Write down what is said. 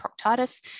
proctitis